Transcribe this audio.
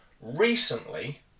recently